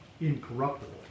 incorruptible